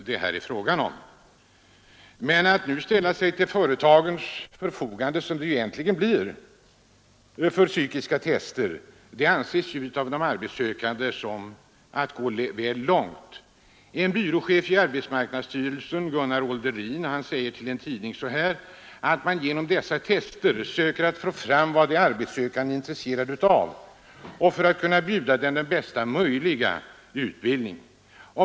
Men att arbetsförmedlingarna ställer sig till företagens förfogande för utförande av psykiska tester anser de arbetssökande går väl långt. En byråchef i arbetsmarknadsstyrelsen — Gunnar Olderin — säger till en tidning att man genom dessa tester söker få fram vad de arbetssökande är intresserade av för att kunna bjuda dem bästa möjliga utbildning.